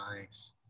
nice